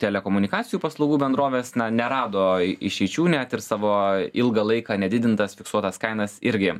telekomunikacijų paslaugų bendrovės na nerado išeičių net ir savo ilgą laiką nedidintas fiksuotas kainas irgi